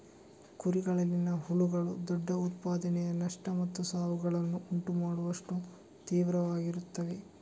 ಕುರಿಗಳಲ್ಲಿನ ಹುಳುಗಳು ದೊಡ್ಡ ಉತ್ಪಾದನೆಯ ನಷ್ಟ ಮತ್ತು ಸಾವುಗಳನ್ನು ಉಂಟು ಮಾಡುವಷ್ಟು ತೀವ್ರವಾಗಿರುತ್ತವೆ